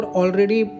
already